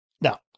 Now